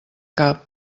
cap